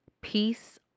peace